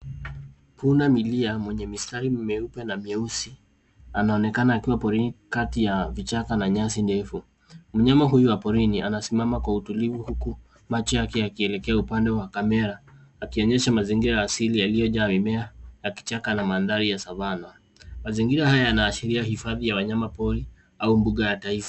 Pundamilia mwenye mistari myeupe na myeusi anaonekana akiwa porini kati ya vichaka na nyasi ndefu. Mnyama huyu wa porini anasimama kwa utulivu huku macho yake yakielekea upande wa kamera akionyesha mazingira asili yaliyojaaa mimea ya kichaka na mandhari ya savannah .Mazingira haya yanaashiria hifadhi ya wanyamapori au mbuga ya taifa.